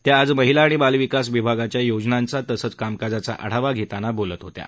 त्या आज महिला आणि बालविकास विभागाच्या योजनांचा तसंच कामकाजाचा आढावा घेताना बोलत होत्या